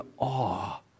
awe